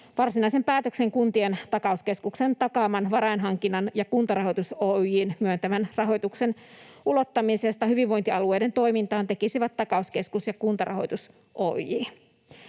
Varsinaisen päätöksen Kuntien takauskeskuksen takaaman varainhankinnan ja Kuntarahoitus Oyj:n myöntämän rahoituksen ulottamisesta hyvinvointialueiden toimintaan tekisivät takauskeskus ja Kuntarahoitus Oyj.